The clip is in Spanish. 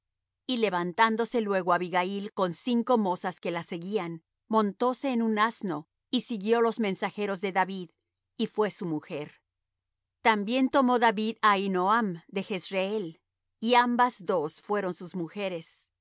y levantándose luego abigail con cinco mozas que la seguían montóse en un asno y siguió los mensajeros de david y fué su mujer también tomó david á ahinoam de jezreel y ambas á dos fueron sus mujeres